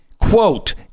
Quote